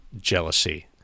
jealousy